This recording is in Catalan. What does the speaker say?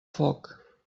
foc